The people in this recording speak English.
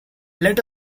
let